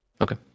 Okay